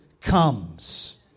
comes